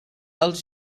els